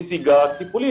נסיגה טיפולית.